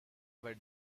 were